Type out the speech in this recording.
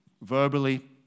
Verbally